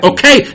Okay